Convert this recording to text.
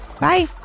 Bye